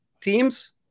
teams